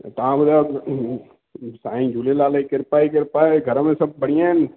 तव्हां ॿुधायो साईं झूलेलाल जी कृपा ई कृपा आहे घर में सभु बढ़िया आहिनि